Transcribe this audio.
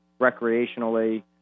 recreationally